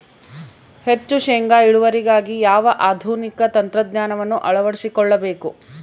ಹೆಚ್ಚು ಶೇಂಗಾ ಇಳುವರಿಗಾಗಿ ಯಾವ ಆಧುನಿಕ ತಂತ್ರಜ್ಞಾನವನ್ನು ಅಳವಡಿಸಿಕೊಳ್ಳಬೇಕು?